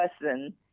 person